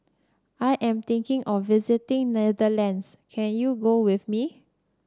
I am thinking of visiting Netherlands can you go with me